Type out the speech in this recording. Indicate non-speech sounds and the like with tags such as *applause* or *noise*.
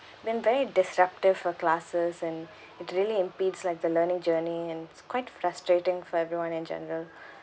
been very disruptive for classes and it really impedes like the learning journey and it's quite frustrating for everyone in general *breath*